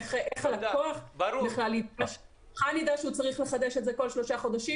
איך הלקוח בכלל ידע שהוא צריך לחדש את זה כל שלושה חודשים.